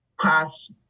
past